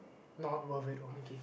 not worth it